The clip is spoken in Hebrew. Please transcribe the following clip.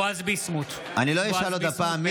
בועז ביסמוט, בעד אני לא אשאל עוד פעם.